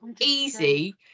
easy